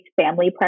family